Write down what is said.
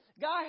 God